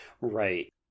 right